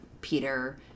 Peter